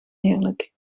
heerlijk